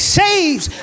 saves